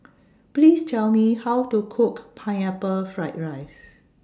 Please Tell Me How to Cook Pineapple Fried Rice